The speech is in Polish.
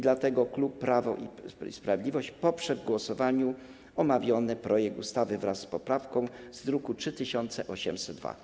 Dlatego klub Prawo i Sprawiedliwość poprze w głosowaniu omawiany projekt ustawy wraz z poprawką z druku nr 3802.